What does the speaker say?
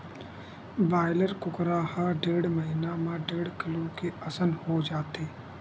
broiler कुकरा ह डेढ़ महिना म डेढ़ किलो के असन हो जाथे